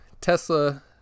Tesla